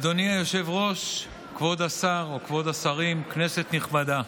אדוני היושב-ראש, כבוד השרים, כנסת נכבדה,